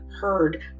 heard